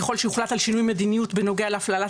ככל שיוחלט על שינוי מדיניות בנוגע להפללת